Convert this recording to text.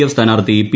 F സ്ഥാനാർത്ഥി P